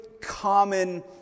common